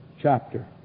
chapter